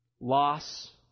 Loss